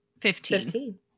fifteen